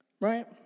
right